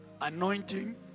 anointing